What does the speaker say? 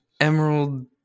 Emerald